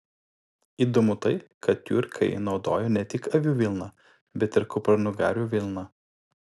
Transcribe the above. įdomu tai kad tiurkai naudojo ne tik avių vilną bet ir kupranugarių vilną